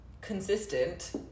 consistent